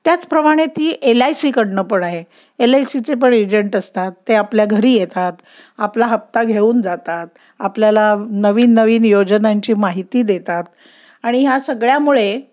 त्याचप्रमाणे ती L I सीकडून पण आहे एल आय सीचे पण एजंट असतात ते आपल्या घरी येतात आपला हप्ता घेऊन जातात आपल्याला नवीन नवीन योजनांची माहिती देतात आणि ह्या सगळ्यामुळे